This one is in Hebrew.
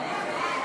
נמאסתם.